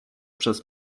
przez